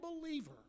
believer